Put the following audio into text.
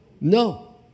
No